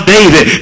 David